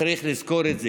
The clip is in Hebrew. וצריך לזכור את זה.